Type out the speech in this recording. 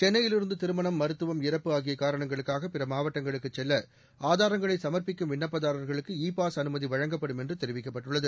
சென்னையிலிருந்து திருமணம் மருத்துவம் இறப்பு ஆகிய காரணங்களுக்காக பிற மாவட்டங்களுக்குச் செல்ல ஆதாரங்களை சமர்ப்பிக்கும் விண்ணப்பதாரர்களுக்கு இ பாஸ் அனுமதி வழங்கப்படும் என்று தெரிவிக்கப்பட்டுள்ளது